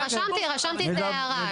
רשמתי את ההערה.